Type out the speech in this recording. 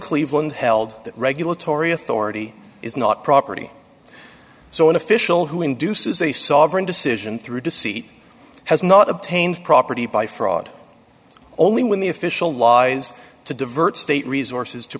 cleveland held that regulatory authority is not property so an official who induces a sovereign decision through deceit has not obtained property by fraud only when the official lies to divert state resources to